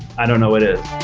i don't know what is.